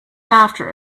after